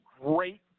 great